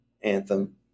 anthem